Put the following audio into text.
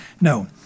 No